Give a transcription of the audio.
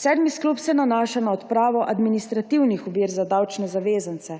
Sedmi sklop se nanaša na odpravo administrativnih ovir za davčne zavezance: